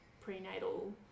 prenatal